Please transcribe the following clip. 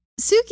Suki